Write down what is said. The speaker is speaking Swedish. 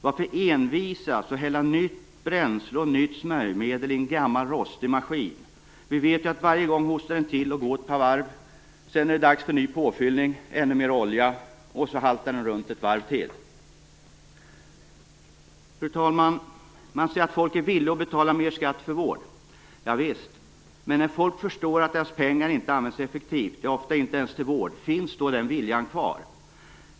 Varför envisas med att hälla nytt bränsle och nytt smörjmedel i en gammal rostig maskin? Vi vet ju att varje gång hostar den till litet och går ett par varv, sedan är det dags för ny påfyllning med ännu mer olja, och så haltar den runt ett varv till. Fru talman! Man säger att folk är villiga att betala mer skatt för vård. Ja visst, men när folk förstår att deras pengar inte används effektivt, ja ofta inte ens till vård, finns då den viljan kvar?